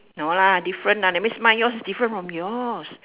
no lah different ah that means mine yours different from yours